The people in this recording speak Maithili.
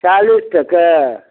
चालिस टके